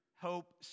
hope